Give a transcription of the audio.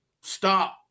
stop